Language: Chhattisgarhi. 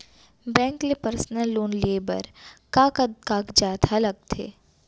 बैंक ले पर्सनल लोन लेये बर का का कागजात ह लगथे?